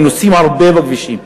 הם נוסעים הרבה בכבישים.